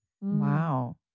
Wow